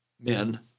men